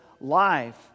life